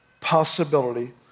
possibility